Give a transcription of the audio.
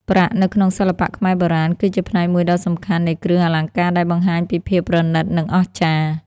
ប្រាក់ នៅក្នុងសិល្បៈខ្មែរបុរាណ គឺជាផ្នែកមួយដ៏សំខាន់នៃគ្រឿងអលង្ការដែលបង្ហាញពីភាពប្រណីត និងអស្ចារ្យ។